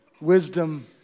wisdom